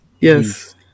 yes